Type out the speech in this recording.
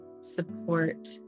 support